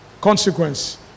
Consequence